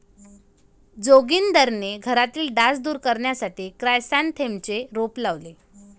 जोगिंदरने घरातील डास दूर करण्यासाठी क्रायसॅन्थेममचे रोप लावले